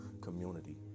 community